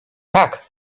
tak